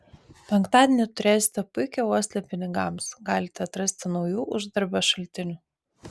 penktadienį turėsite puikią uoslę pinigams galite atrasti naujų uždarbio šaltinių